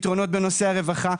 פתרונות בנושא הרווחה.